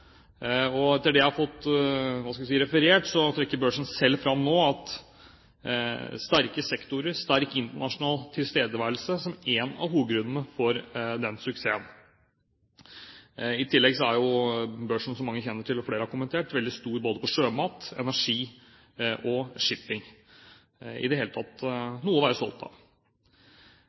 Etter det jeg har fått referert, trekker børsen selv nå fram sterke sektorer og sterk internasjonal tilstedeværelse som én av hovedgrunnene til den suksessen. I tillegg er jo børsen, som mange kjenner til, og som flere har kommentert, veldig stor både på sjømat, energi og shipping – i det hele tatt noe å være stolt av.